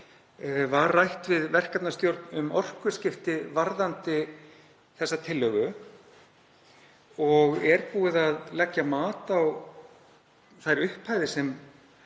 var rætt við verkefnastjórn um orkuskipti varðandi þessa tillögu? Er búið að leggja mat á þær upphæðir sem